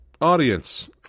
audience